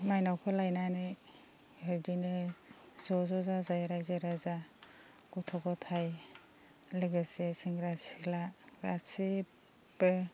मायनावखौ लाबोनानै बिदिनो ज' ज' जाजायै रायजो राजा गथ' गथाय लोगोसे सेंग्रा सिख्ला गासैबो